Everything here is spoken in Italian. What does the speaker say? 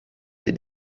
dei